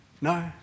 No